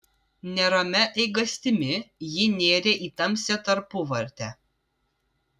neramia eigastimi ji nėrė į tamsią tarpuvartę